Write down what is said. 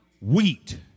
wheat